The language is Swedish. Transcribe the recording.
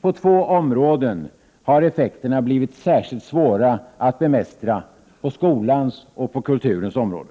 På två områden har effekterna blivit särskilt svåra att bemästra, på skolans område och på kulturens område.